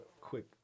quick